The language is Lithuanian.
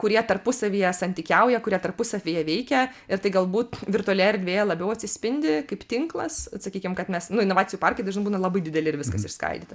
kurie tarpusavyje santykiauja kurie tarpusavyje veikia ir tai galbūt virtualioje erdvėje labiau atsispindi kaip tinklas sakykim kad mes nu inovacijų parkai dažnai būna labai dideli ir viskas išskaidyta